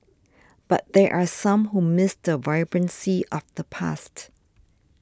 but there are some who miss the vibrancy of the past